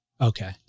Okay